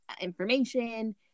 information